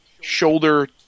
shoulder